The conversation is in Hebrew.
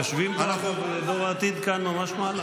יושבים כאן דור העתיד ממש למעלה.